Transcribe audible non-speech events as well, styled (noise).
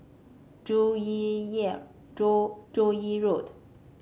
Joo Yee (unintelligible) Joo Joo Yee Road